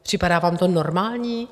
Připadá vám to normální?